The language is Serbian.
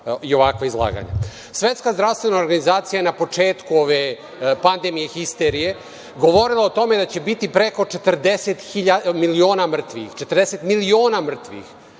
i ovakva izlaganja. Svetska zdravstvena organizacija je na početku ove pandemije, histerije govorila o tome da će biti preko 40 miliona mrtvih na celoj